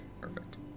Perfect